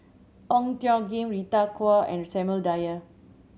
Ong Tjoe Kim Rita Chao and Samuel Dyer